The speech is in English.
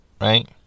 right